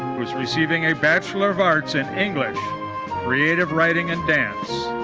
who is receiving a bachelor of arts in english creative writing and dance.